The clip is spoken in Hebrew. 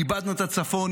איבדנו את הצפון,